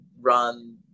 run